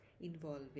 involving